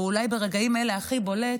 ואולי ברגעים אלה הכי בולט,